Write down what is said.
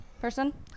person